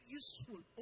useful